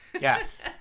yes